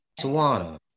Tawana